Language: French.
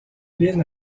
lynn